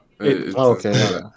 Okay